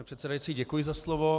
Pane předsedající, děkuji za slovo.